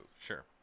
sure